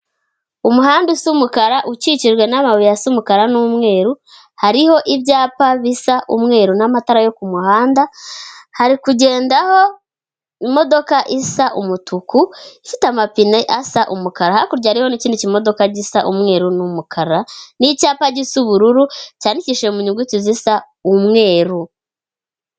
Umuhanda usa umukara ukikijwe n'amabuye asa umukara n'umweru, hariho ibyapa bisa umweru n'amatara yo ku muhanda, hari kugendaho imodoka isa umutuku ifite amapine asa umukara, hakurya hariho n'ikindi kimodoka gisa umweru ni umukara n'icyapa gisa ubururu cyandikishije mu nyuguti zisa umweru.